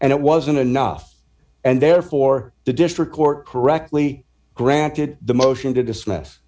and it wasn't enough and therefore the district court correctly granted the motion to dismiss